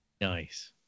Nice